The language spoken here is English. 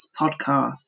podcast